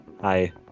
Hi